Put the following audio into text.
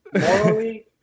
morally